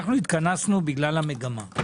אנחנו התכנסנו בגלל המגמה.